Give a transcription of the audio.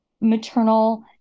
maternal